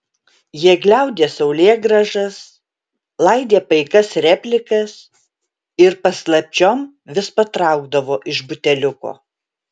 jie gliaudė saulėgrąžas laidė paikas replikas ir paslapčiom vis patraukdavo iš buteliuko